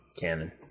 Canon